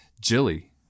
Jilly